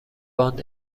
باند